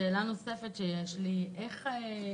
שאלה נוספת: איך,